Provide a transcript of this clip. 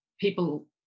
people